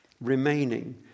remaining